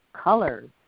colors